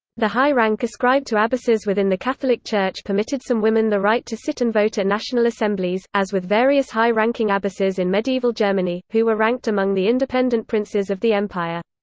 the high rank ascribed to abbesses within the catholic church permitted some women the right to sit and vote at national assemblies as with various high-ranking abbesses in medieval germany, who were ranked among the independent princes of the empire.